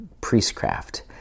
priestcraft